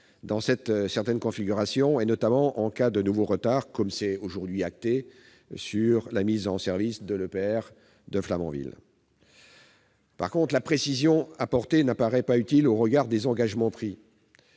dans certaines configurations, notamment en cas de nouveau retard- comme c'est aujourd'hui acté -dans la mise en service de l'EPR de Flamanville. En revanche, la précision apportée n'apparaît pas utile au regard des engagements pris.